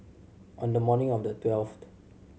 on the morning of the twelfth